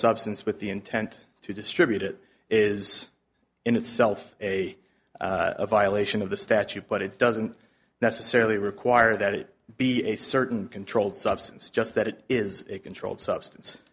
substance with the intent to distribute it is in itself a violation of the statute but it doesn't necessarily require that it be a certain controlled substance just that it is a controlled substance